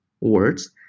words